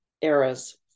eras